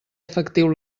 efectiu